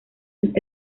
sus